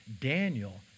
Daniel